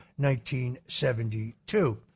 1972